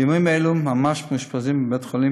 בימים אלה ממש מאושפזים בבית-החולים